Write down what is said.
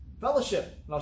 fellowship